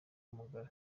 umugayo